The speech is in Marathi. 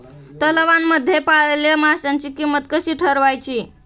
तलावांमध्ये पाळलेल्या माशांची किंमत कशी ठरवायची?